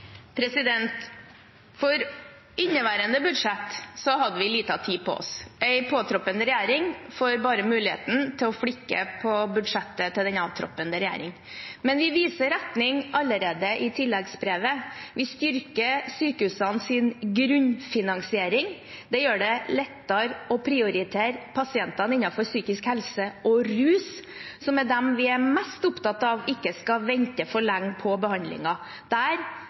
inneværende budsjett, hadde vi liten tid på oss. En påtroppende regjering får bare muligheten til å flikke på budsjettet til den avtroppende regjeringen. Men vi viser retning allerede i tilleggsbrevet. Vi styrker sykehusenes grunnfinansiering. Det gjør det lettere å prioritere pasientene innenfor psykisk helse og rus, som er dem vi er mest opptatt av ikke skal vente for lenge på behandling. Der